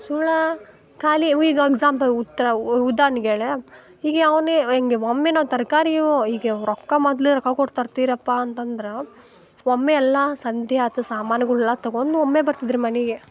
ಸುಳ್ಳು ಖಾಲಿ ಈಗ ಎಕ್ಸಾಂಪಲ್ ಉತ್ತರ ಉದಾಹರ್ಣೆಗೆ ಹೇಳಲಾ ಈಗ ಅವನೆ ಹೇಗೆ ಒಮ್ಮೆ ನಾನು ತರಕಾರಿ ಹೀಗೆ ರೊಕ್ಕ ಮೊದ್ಲು ರೊಕ್ಕ ಕೊಟ್ಟು ತರ್ತೀರಪ್ಪ ಅಂತಂದ್ರೆ ಒಮ್ಮೆ ಎಲ್ಲ ಸಂತೆ ಆಯ್ತ್ ಸಾಮಾನುಗಳ್ ಎಲ್ಲ ತಗೊಂಡು ಒಮ್ಮೆ ಬರ್ತಿದ್ರು ಮನೆಗೆ